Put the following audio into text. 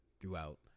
throughout